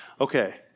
Okay